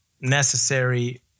necessary